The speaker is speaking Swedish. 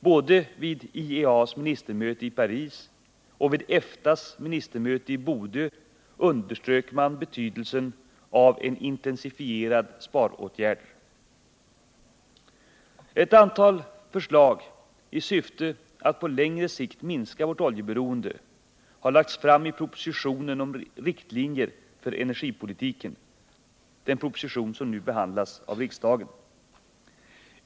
Både vid IEA:s ministermöte i Paris och vid EFTA:s ministermöte i Bodö underströk man betydelsen av intensifierade sparåtgär Ett antal förslag i syfte att på längre sikt minska vårt oljeberoende har lagts fram i propositionen om riktlinjer för energipolitiken, en proposition som nu behandlas av riksdagen.